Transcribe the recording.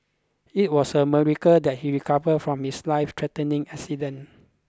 it was a miracle that he recovered from his lifethreatening accident